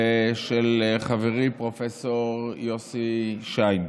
ושל חברי פרופ' יוסי שיין,